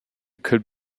could